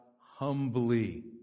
humbly